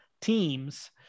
teams